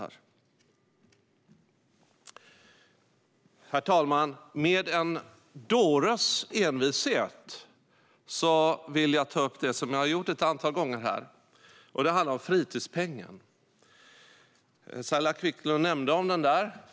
Herr talman! Med en dåres envishet vill jag ta upp ett ämne som jag redan tagit upp några gånger här, nämligen fritidspengen. Saila Quicklund nämnde den.